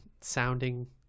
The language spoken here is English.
sounding